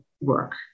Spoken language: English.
work